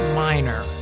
minor